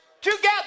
together